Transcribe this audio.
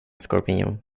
skorpion